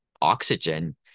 oxygen